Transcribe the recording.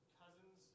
cousins